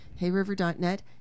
Hayriver.net